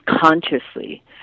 consciously